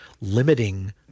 limiting